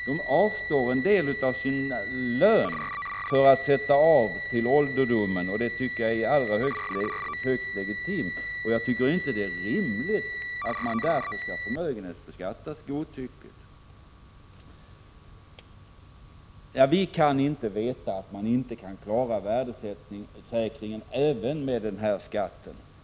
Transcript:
De avstår en del av sin lön för att sätta av pengar till ålderdomen. Det tycker jag är högst legitimt, och jag tycker inte det är rimligt att de därför skall förmögenhetsbeskattas godtyckligt. Vi kan inte veta att man inte klarar värdesäkringen med den här skatten.